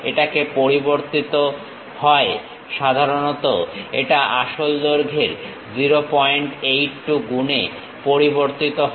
এটা পরিবর্তিত হয় সাধারণত এটা আসল দৈর্ঘ্যের 082 গুণে পরিবর্তিত হয়